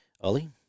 Ollie